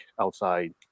outside